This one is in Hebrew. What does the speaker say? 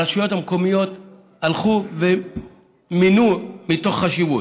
הרשויות המקומיות הלכו ומינו מתוך חשיבות.